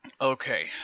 Okay